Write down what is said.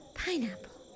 pineapple